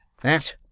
That